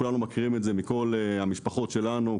כולנו מכירים את זה מן המשפחות שלנו.